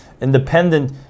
independent